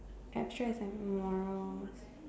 abstract is like moral